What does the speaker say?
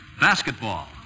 basketball